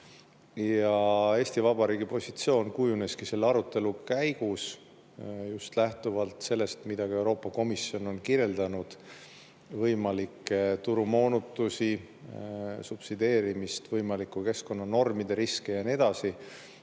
Eesti Vabariigi positsioon kujuneski selle arutelu käigus just lähtuvalt sellest, mida Euroopa Komisjon on kirjeldanud: võimalikud turumoonutused, subsideerimine, võimalikud keskkonnanormid, riskid ja nii edasi.